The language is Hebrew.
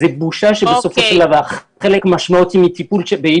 זאת בושה שבסופו של דבר חלק משמעותי מטיפול באי